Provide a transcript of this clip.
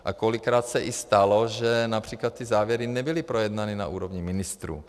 A kolikrát se i stalo, že například ty závěry nebyly projednány na úrovni ministrů.